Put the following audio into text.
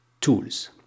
tools